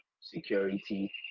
security